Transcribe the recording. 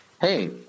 hey